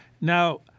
now